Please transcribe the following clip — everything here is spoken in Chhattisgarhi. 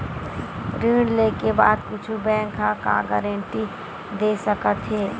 ऋण लेके बाद कुछु बैंक ह का गारेंटी दे सकत हे?